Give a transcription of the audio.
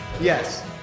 Yes